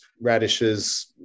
radishes